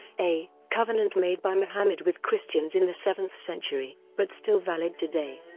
a covenant made by muhammad with christians in the seventh century, but still valid today.